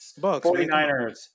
49ers